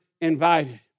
invited